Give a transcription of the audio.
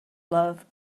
love